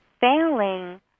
failing